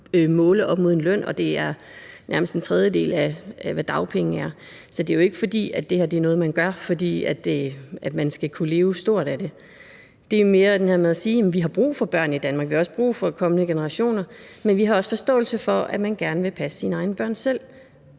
måle op mod en løn, og det er nærmest en tredjedel af, hvad dagpenge er. Så det er jo ikke, fordi det her er noget, man gør, fordi man skal kunne leve stort af det. Det er mere det her med at sige, at vi har brug for børn i Danmark, vi har brug for kommende generationer, men vi har også forståelse for, at man gerne vil passe sine egne børn selv.